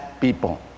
people